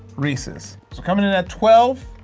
reese's. so coming in at twelve,